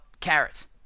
carrots